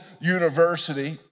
University